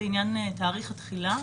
לעניין תאריך התחילה.